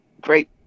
great